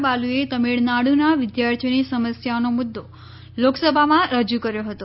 બાલુએ તામિળનાડુના વિદ્યાર્થીઓની સમસ્યાનો મુદ્દો લોકસભામાં રજુ કર્યો હતો